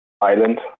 Island